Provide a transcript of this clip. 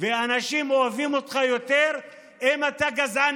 ואנשים אוהבים אותך יותר ככל שאתה יותר גזען